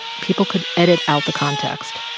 people could edit out the context,